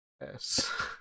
Yes